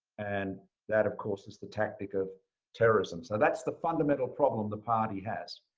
and that, of, course is the tactic of terrorism. so that's the fundamental problem the party has,